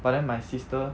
but then my sister